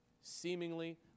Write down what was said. seemingly